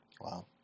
Wow